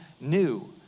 new